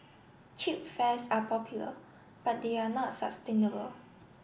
cheap fares are popular but they are not sustainable